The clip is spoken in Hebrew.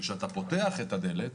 כשאתה פותח את הדלת